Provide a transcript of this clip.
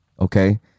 okay